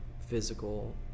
physical